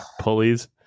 pulleys